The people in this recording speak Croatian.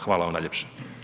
Hvala vam najljepša.